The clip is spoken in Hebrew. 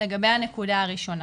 לגבי הנקודה הראשונה,